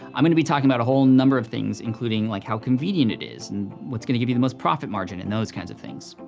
i'm gonna be talking about a whole number of things, including like how convenient it is, and what's gonna give you the most profit margin, and those kinds of things.